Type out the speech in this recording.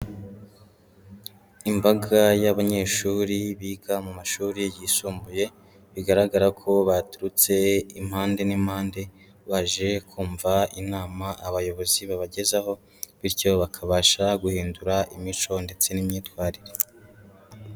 Imbaga y'abanyeshuri biga mu mashuri yisumbuye, bigaragara ko baturutse impande n'impande, baje kumva inama abayobozi babagezaho, bityo bakabasha guhindura imico ndetse n'imyitwarire.